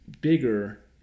bigger